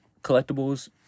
collectibles